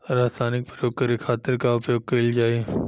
रसायनिक प्रयोग करे खातिर का उपयोग कईल जाइ?